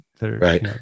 Right